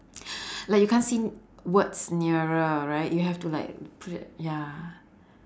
like you can't see words nearer right you have to like put it ya